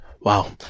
wow